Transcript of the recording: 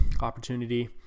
opportunity